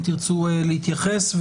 אם תרצו להתייחס.